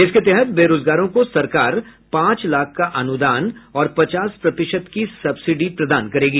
इसके तहत बेरोजगारों को सरकार पांच लाख का अनुदान और पचास प्रतिशत की सब्सिडी प्रदान करेगी